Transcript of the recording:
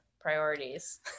priorities